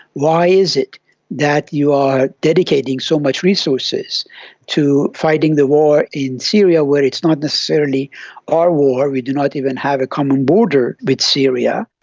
why is it that you are dedicating so much re-sources to fighting the war in syria where it's not necessarily our war, we do not even have a common border with syria.